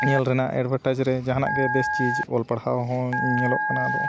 ᱧᱮᱞ ᱨᱮᱱᱟᱜ ᱮᱰᱵᱷᱮᱴᱟᱭᱤᱡᱽ ᱨᱮ ᱡᱟᱦᱟᱱᱟᱜ ᱜᱮ ᱵᱮᱥ ᱪᱤᱡᱽ ᱚᱞ ᱯᱟᱲᱦᱟᱣ ᱦᱚᱸ ᱧᱮᱞᱚᱜ ᱠᱟᱱᱟ ᱟᱫᱚ